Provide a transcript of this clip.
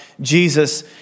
Jesus